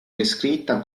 descritta